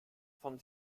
von